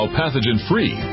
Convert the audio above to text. pathogen-free